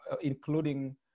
including